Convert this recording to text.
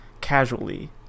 casually